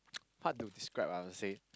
hard to describe I would say